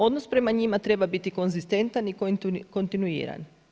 Odnos prema njima treba biti konzistentan i kontinuiran.